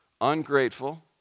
ungrateful